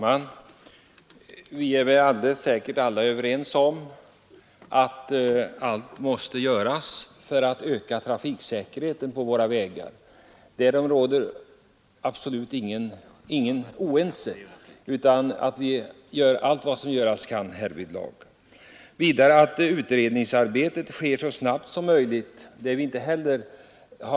Fru talman! Vi är säkert alla överens om att allt måste göras för att öka trafiksäkerheten på våra vägar. Därom råder ingen oenighet. Det råder heller inga delade meningar om att utredningsarbetet bör ske så snabbt som möjligt.